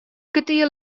kertier